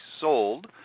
sold